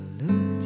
look